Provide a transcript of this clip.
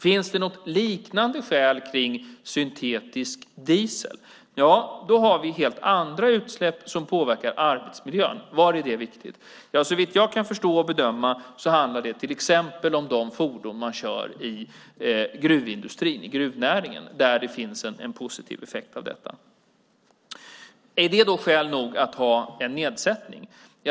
Finns det något liknande skäl för syntetisk diesel? Där har vi helt andra utsläpp som påverkar arbetsmiljön. Var är det viktigt? Såvitt jag kan förstå och bedöma handlar det till exempel om de fordon man kör i gruvindustrin och gruvnäringen. Där finns det en positiv effekt av detta. Är det då skäl nog att ha en nedsättning?